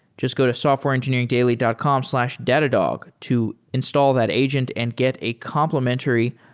just go to softwareengineeringdaily dot com slash datadog to install that agent and get a complementary,